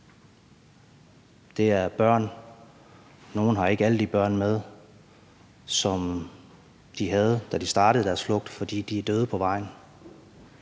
Det er også børn, og nogle har ikke alle de børn med, som de havde, da de startede deres flugt, fordi de er døde på vejen.